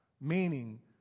Meaning